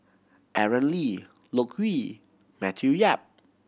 Aaron Lee Loke Yew Matthew Yap